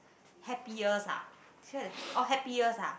happiest ah orh happiest ah